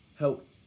help